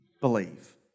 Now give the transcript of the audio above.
believe